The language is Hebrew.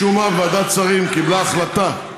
משום מה, ועדת השרים קיבלה החלטה,